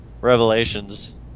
Revelations